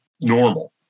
normal